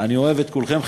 אני אוהב את כולכם,